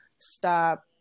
stop